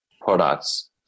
products